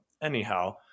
anyhow